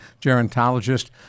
gerontologist